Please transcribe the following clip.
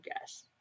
guess